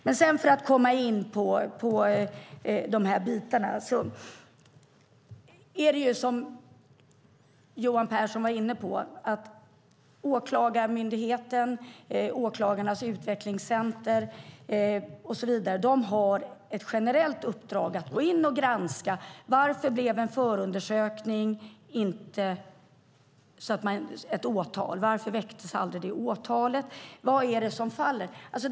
För att sedan komma in på det som Kerstin Haglö tog upp vill jag säga att precis som Johan Pehrson sade har Åklagarmyndigheten, Åklagarmyndighetens utvecklingscentrum och så vidare ett generellt uppdrag att gå in och granska varför en viss förundersökning inte ledde till åtal, varför åtal aldrig väcktes, vad det var som fallerade.